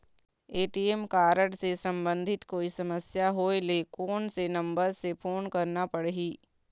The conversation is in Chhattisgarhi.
ए.टी.एम कारड से संबंधित कोई समस्या होय ले, कोन से नंबर से फोन करना पढ़ही?